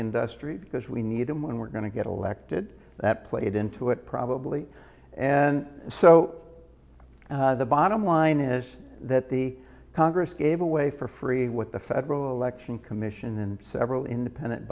industry because we need them and we're going to get elected that played into it probably and so the bottom line is that the congress gave away for free with the federal election commission and several independent